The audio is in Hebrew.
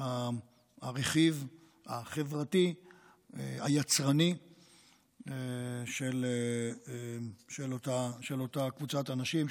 הרכיב החברתי היצרני של אותה קבוצת אנשים,